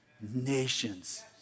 nations